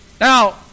Now